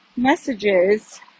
messages